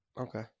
Okay